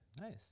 nice